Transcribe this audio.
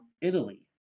Italy